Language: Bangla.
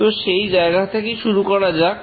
তো সেই জায়গা থেকেই শুরু করা যাক